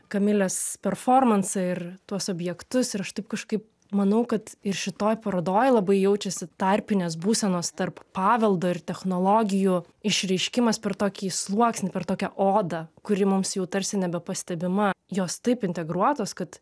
kamilės performansą ir tuos objektus ir aš taip kažkaip manau kad ir šitoj parodoj labai jaučiasi tarpinės būsenos tarp paveldo ir technologijų išreiškimas per tokį sluoksnį per tokią odą kuri mums jau tarsi nebepastebima jos taip integruotos kad